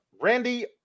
Randy